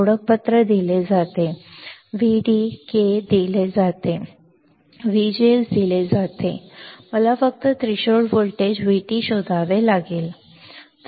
ओळखपत्र दिले जाते व्हीडी के दिले जाते VGS दिले जाते मला फक्त थ्रेशोल्ड व्होल्टेज VT शोधावे लागेल